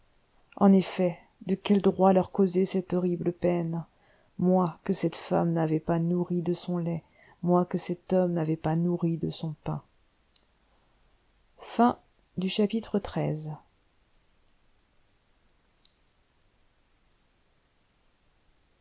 en effet de quel droit leur causer cette horrible peine moi que cette femme n'avait pas nourri de son lait moi que cet homme n'avait pas nourri de son pain